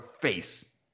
face